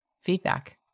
feedback